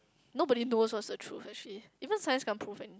nobody knows what's the truth actually even Science can't prove